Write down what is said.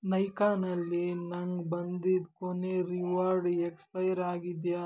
ನೈಕಾನಲ್ಲಿ ನಂಗೆ ಬಂದಿದ್ದ ಕೊನೆಯ ರಿವಾರ್ಡ್ ಎಕ್ಸ್ಪೈರ್ ಆಗಿದೆಯಾ